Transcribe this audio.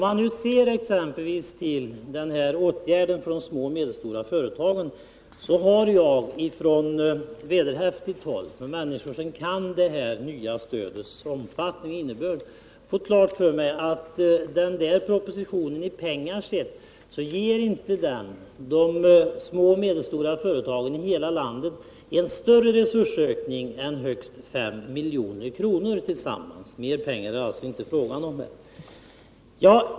Men när det gäller t.ex. åtgärderna för små och medelstora företag har jag från vederhäftigt håll, av människor som är väl förtrogna med det nya stödets omfattning och innebörd, fått veta att den propositionen i pengar inte ger de små och medelstora företagen i hela landet en större resursökning än högst 5 milj.kr. tillsammans. Mer pengar är det alltså inte frågan om.